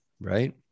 right